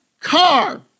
car